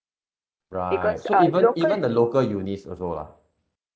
right so even even the local unis also lah